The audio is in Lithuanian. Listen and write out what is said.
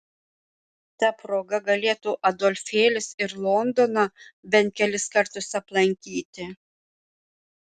ta proga galėtų adolfėlis ir londoną bent kelis kartus aplankyti